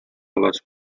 les